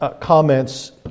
comments